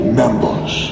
members